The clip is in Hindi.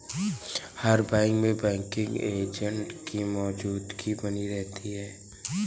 हर बैंक में बैंकिंग एजेंट की मौजूदगी बनी रहती है